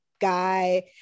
guy